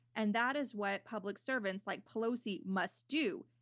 and that is what public servants like pelosi must do.